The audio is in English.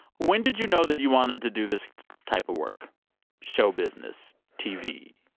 when did you know that you wanted to do this type of work showbusiness, tv?